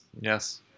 Yes